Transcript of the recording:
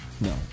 No